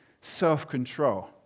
self-control